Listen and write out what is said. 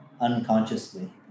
unconsciously